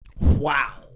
Wow